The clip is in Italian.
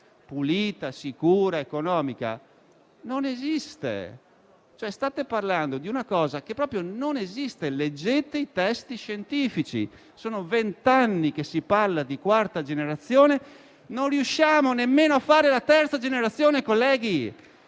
(pulita, sicura ed economica), non esiste; state parlando di una cosa che proprio non esiste. Leggete i testi scientifici: sono vent'anni che si parla di quarta generazione, ma non riusciamo nemmeno a fare la terza generazione, colleghi.